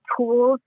tools